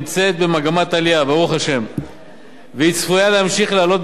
והיא צפויה להמשיך לעלות בקצב של 1.4 שנים בכל עשור.